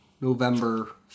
November